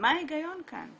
מה ההיגיון כאן?